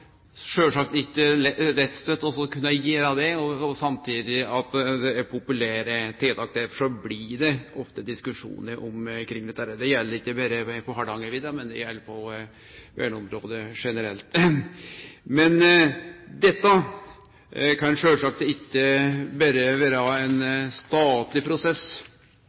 samtidig som tiltaka skal vere populære. Derfor blir det ofte diskusjonar omkring dette. Det gjeld ikkje berre på Hardangervidda, det gjeld på verneområdet generelt. Dette kan sjølvsagt ikkje berre vere ein statleg prosess